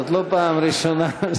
זאת לא הפעם הראשונה.